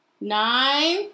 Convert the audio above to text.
nine